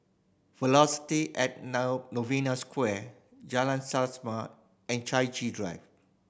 Velocity at Novena Square Jalan Selaseh and Chai Chee Drive